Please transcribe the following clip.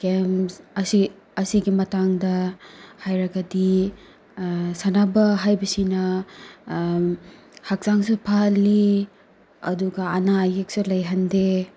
games ꯑꯁꯤ ꯑꯁꯤꯒꯤ ꯃꯇꯥꯡꯗ ꯍꯥꯏꯔꯒꯗꯤ ꯁꯥꯟꯅꯕ ꯍꯥꯏꯕꯁꯤꯅ ꯍꯛꯆꯥꯡꯁꯨ ꯐꯍꯟꯂꯤ ꯑꯗꯨꯒ ꯑꯅꯥ ꯑꯌꯦꯛꯁꯨ ꯂꯩꯍꯟꯗꯦ